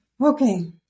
Okay